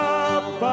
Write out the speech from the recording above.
up